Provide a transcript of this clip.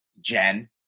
Jen